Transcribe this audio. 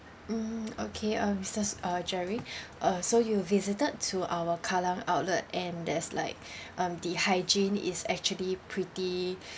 mm okay uh mister um jerry uh so you visited to our kallang outlet and there's like um the hygiene is actually pretty